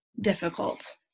difficult